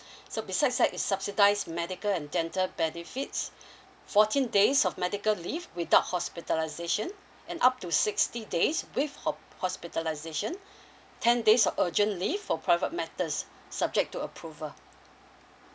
so besides that it subsidise medical and dental benefits fourteen days of medical leave without hospitalisation and up to sixty days with ho~ hospitalisation ten days of urgent leave for private matters subject to approval